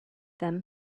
them